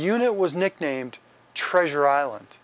unit was nicknamed treasure island